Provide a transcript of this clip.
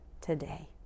today